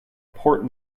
port